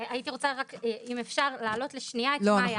הייתי רוצה רק אם אפשר לעלות לשנייה את מאיה.